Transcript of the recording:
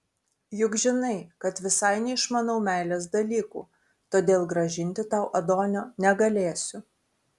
juk žinai kad visai neišmanau meilės dalykų todėl grąžinti tau adonio negalėsiu